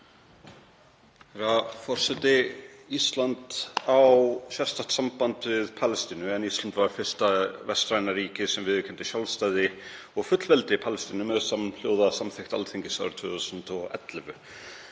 forseti. Ísland á sérstakt samband við Palestínu en Ísland var fyrsta vestræna ríkið sem viðurkenndi sjálfstæði og fullveldi Palestínu með samhljóða samþykkt Alþingis árið 2011.